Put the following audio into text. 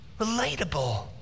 relatable